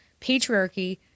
patriarchy